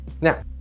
Now